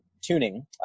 tuning